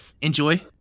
enjoy